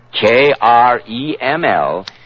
K-R-E-M-L